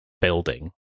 building